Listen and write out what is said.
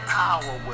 power